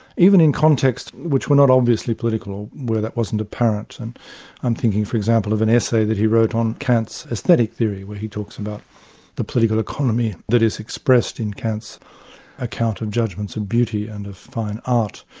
even in contexts which were not obviously political, where that wasn't apparent. and i'm thinking for example of an essay that he wrote on kant's aesthetic theory where he talks about the political economy that is expressed in kant's account of judgments and beauty and of fine art,